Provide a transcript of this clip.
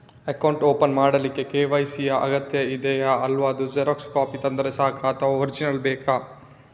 Account open ಮಾಡ್ಲಿಕ್ಕೆ KYC ಯಾ ಅಗತ್ಯ ಇದೆ ಅಲ್ವ ಅದು ಜೆರಾಕ್ಸ್ ಕಾಪಿ ತಂದ್ರೆ ಸಾಕ ಅಥವಾ ಒರಿಜಿನಲ್ ಬೇಕಾ?